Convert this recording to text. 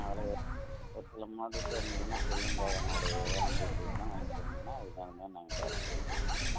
அதல்லாம் ஒரு சி ஒரு சில மாடல்ஸ் இருந்ததுனா சொல்லுங்கள் அதனுடைய விவரம் டீடெயில்ஸுலாம் கொஞ்சம் சொன்னீங்கன்னா அதுக்கு தகுந்த மாதிரி நாங்கள் பார்த்து எடுத்துக்குவோம்